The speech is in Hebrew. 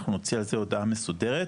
אנחנו נוציא על זה הודעה מסודרת,